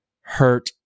hurt